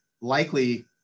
likely